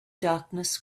darkness